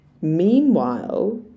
Meanwhile